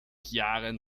jahren